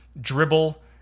Dribble